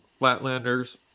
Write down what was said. Flatlanders